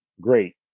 great